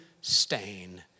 stain